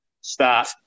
start